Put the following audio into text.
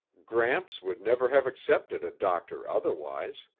gramps would never have accepted a doctor otherwise.